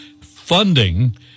funding